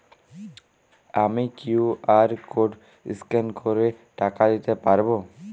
আমি QR code scan করে টাকা দিতে পারবো?